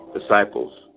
disciples